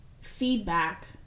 feedback